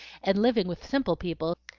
and living with simple people,